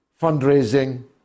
fundraising